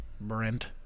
Brent